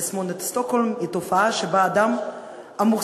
תסמונת שטוקהולם היא תופעה שבה האדם המוחזק